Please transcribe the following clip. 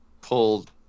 pulled